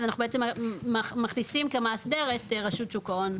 אז אנחנו בעצם מכניסים כמאסדר את רשות שוק ההון,